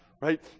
right